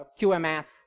QMS